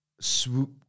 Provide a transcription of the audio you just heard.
swoop